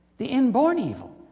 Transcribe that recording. the inborn evil.